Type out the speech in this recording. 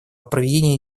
проведении